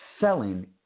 selling